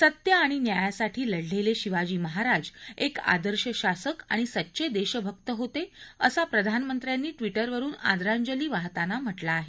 सत्य आणि न्यायासाठी लढलेले शिवाजी महाराज एक आदर्श शासक आणि सच्चे देशभक्त होते असं प्रधानमंत्र्यांनी ट्विटरवरून आदरांजली वाहताना म्हटलं आहे